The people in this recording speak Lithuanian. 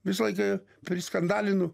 visą laiką priskandalinu